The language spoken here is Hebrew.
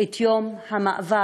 את יום המאבק